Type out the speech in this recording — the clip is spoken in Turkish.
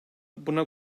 buna